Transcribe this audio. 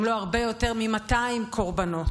אם לא הרבה יותר, מ-200 קורבנות.